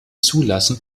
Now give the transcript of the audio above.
zulassen